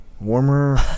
Warmer